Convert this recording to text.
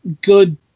good